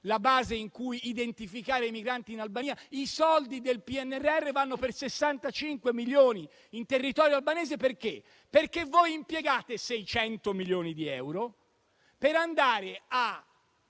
la base in cui identificare i migranti in Albania. I soldi del PNRR vanno per 65 milioni in territorio albanese, perché voi impiegate 600 milioni di euro per andare ad